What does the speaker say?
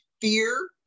fear